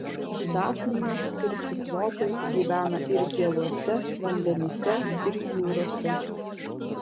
dafnijos ir ciklopai gyvena ir gėluose vandenyse ir jūrose